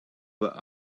but